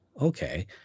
Okay